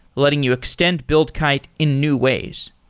letting you extend buildkite in new ways.